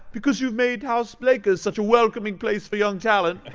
because you've made house lakers such a welcoming place for young talent?